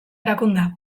erakundea